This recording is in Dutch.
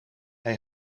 hij